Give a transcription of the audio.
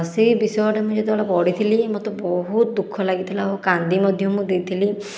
ସେହି ବିଷୟଟା ମୁଁ ଯେତେବେଳେ ପଢ଼ିଥିଲି ମୋତେ ବହୁତ ଦୁଃଖ ଲାଗିଥିଲା ଆଉ କାନ୍ଦି ମଧ୍ୟ ମୁଁ ଦେଇଥିଲି